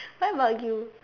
what about you